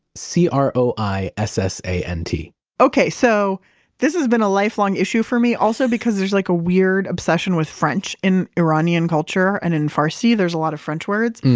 c r o i s s a n t okay, so this has been a lifelong issue for me also because there's like a weird obsession with french in iranian culture and, in farsi there's a lot of french words,